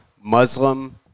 Muslim